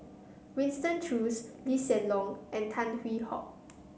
Winston Choos Lee Hsien Loong and Tan Hwee Hock